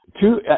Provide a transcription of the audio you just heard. two